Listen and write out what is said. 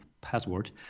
password